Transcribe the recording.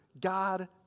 God